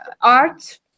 art